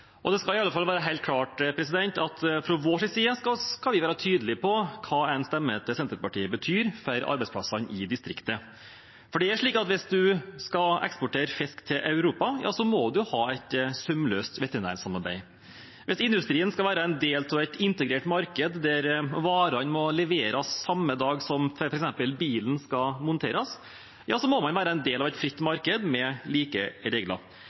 hjørnesteinsbedrifter. Det skal i alle fall være helt klart at fra vår side skal vi være tydelige på hva en stemme til Senterpartiet betyr for arbeidsplassene i distriktet. Hvis man skal eksportere fisk til Europa, må man ha et sømløst veterinærsamarbeid. Hvis industrien skal være en del av et integrert marked, der varene må leveres samme dag som f.eks. bilen skal monteres, må man være en del av et fritt marked med like regler.